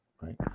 right